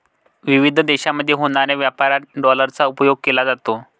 विविध देशांमध्ये होणाऱ्या व्यापारात डॉलरचा उपयोग केला जातो